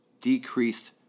decreased